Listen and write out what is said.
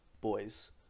boys